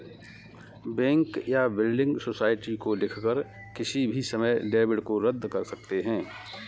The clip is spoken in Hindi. बैंक या बिल्डिंग सोसाइटी को लिखकर किसी भी समय डेबिट को रद्द कर सकते हैं